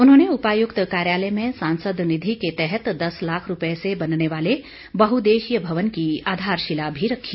उन्होंने उपायुक्त कार्यालय में सांसद निधि के तहत दस लाख रूपये से बनने वाले बहुउद्देश्यीय भवन की आधारशिला भी रखी